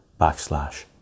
backslash